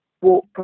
walk